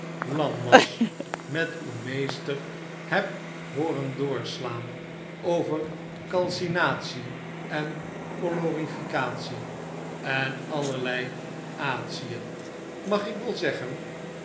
lam was met uw meester heb hooren doorslaan over calcinatie en coloriflcatie en allerlei atien mag ik wel zeggen